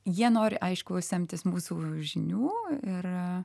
jie nori aišku semtis mūsų žinių ir